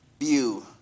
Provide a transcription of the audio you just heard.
view